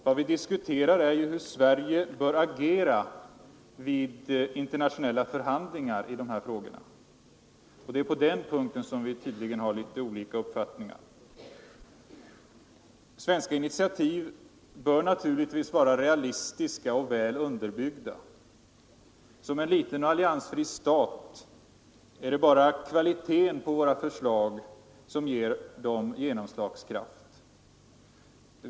Vad vi diskuterar är hur Sverige bör agera vid internationella förhandlingar i dessa frågor, och det är på den punkten som vi tydligen har litet olika uppfattningar. Svenska initiativ bör naturligtvis vara realistiska och väl underbyggda. Eftersom vårt land är en liten och alliansfri stat är det bara kvaliteten på våra förslag som ger dem genomslagskraft.